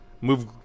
move